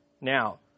Now